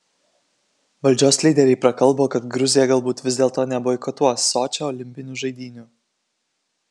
valdžios lyderiai prakalbo kad gruzija galbūt vis dėlto neboikotuos sočio olimpinių žaidynių